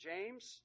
James